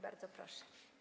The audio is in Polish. Bardzo proszę.